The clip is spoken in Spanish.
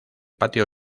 patio